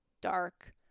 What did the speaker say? dark